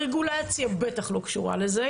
הרגולציה בטח לא קשורה לזה.